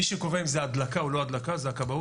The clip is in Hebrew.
מי שקובע אם זה הדלקה או לא הדלקה זו הכבאות,